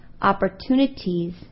opportunities